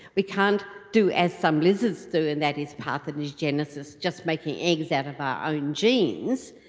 we can't do as some lizards do and that is parthenogenesis, just making eggs out of our own genes,